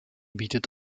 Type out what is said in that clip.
bietet